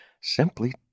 Simply